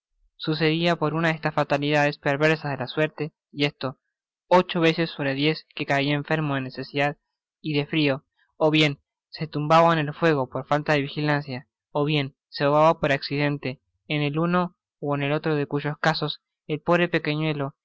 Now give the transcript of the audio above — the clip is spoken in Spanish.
sucedia por una de estas fatalidades perversas de la suerte y esto ocho veces sobre diez que caia enfermo de necesidad y de frio ó bien se tumbaba en el fuego por falta de vigilancia ó bien se ahogaba por accidente en el uno ó en el otro de cuyos casos el pobre pequeñuelo